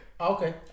Okay